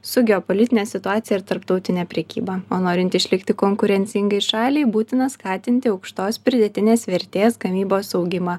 su geopolitine situacija ir tarptautine prekyba o norint išlikti konkurencingai šaliai būtina skatinti aukštos pridėtinės vertės gamybos augimą